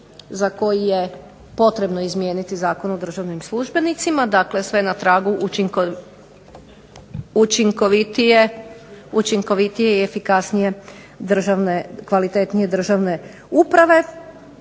za koji je potrebno izmijeniti Zakon o državnim službenicima, dakle sve na tragu učinkovitije i efikasnije državne, kvalitetnije državne uprave.